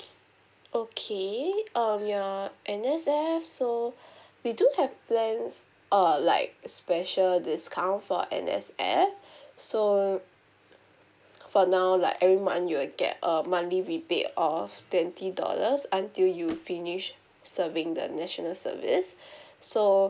okay um you're N S F so we do have plans err like special discount for N_S_F so for now like every month you will get a monthly rebate of twenty dollars until you finish serving the national service so